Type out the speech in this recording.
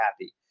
happy